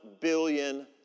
billion